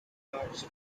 jobs